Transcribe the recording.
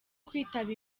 kwitaba